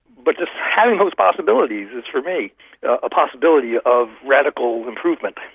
but just having those possibilities is for me a possibility of radical improvement.